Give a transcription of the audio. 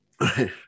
Right